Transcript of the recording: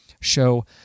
show